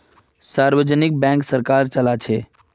सार्वजनिक बैंक सरकार चलाछे